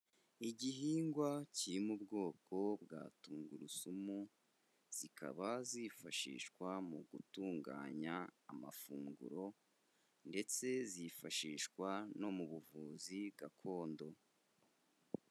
Igihingwa kirimo ubwoko bwa tungurusumu, zikaba zifashishwa mu gutunganya amafunguro ndetse zifashishwa no mu buvuzi gakondo.